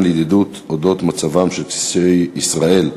לידידות על אודות מצבם של קשישי ישראל,